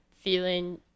feeling